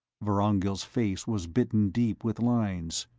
vorongil's face was bitten deep with lines.